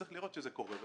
צריך לראות שזה קורה.